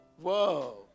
Whoa